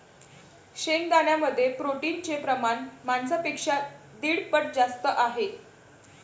शेंगदाण्यांमध्ये प्रोटीनचे प्रमाण मांसापेक्षा दीड पट जास्त आहे